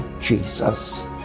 Jesus